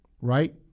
Right